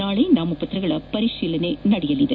ನಾಳೆ ನಾಮಪತ್ರಗಳ ಪರಿಶೀಲನೆ ನಡೆಯಲಿದೆ